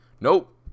Nope